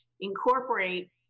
incorporate